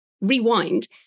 rewind